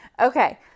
Okay